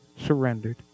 surrendered